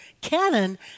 canon